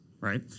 Right